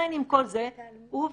עדיין עם כל זה הוא עובד.